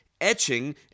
etching